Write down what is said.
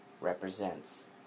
represents